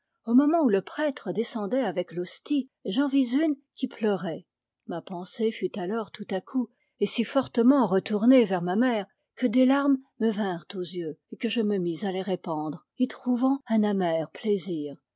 au moment où le prêtre descendait avec l'hostie j'en vis une qui pleurait ma pensee fut alors tout à coup et si fortement retournée vers ma mère que des larmes me vinrent aux yeux et que je me mis à les répandre y trouvant un amer